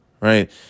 right